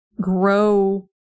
grow